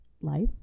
life